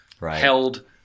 held